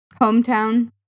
hometown